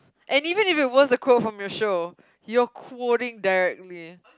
and even if it was a quote from your show he'll quote it directly